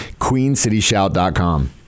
QueenCityShout.com